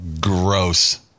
gross